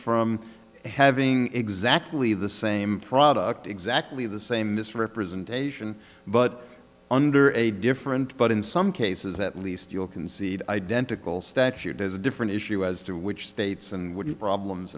from having exactly the same product exactly the same misrepresentation but under a different but in some cases at least you'll concede identical statute is a different issue as to which states and wouldn't problems